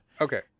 Okay